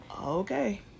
Okay